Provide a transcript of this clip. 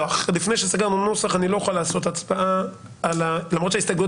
לפני שסגרנו נוסח אני לא או כל לקיים הצבעה למרות שההסתייגויות